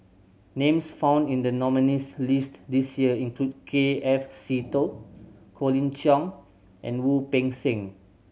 names found in the nominees' list this year include K F Seetoh Colin Cheong and Wu Peng Seng